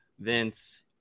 Vince